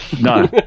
No